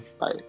Bye